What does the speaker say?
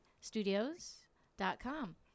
studios.com